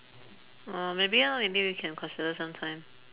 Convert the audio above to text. oh maybe ah maybe we can consider some time